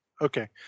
Okay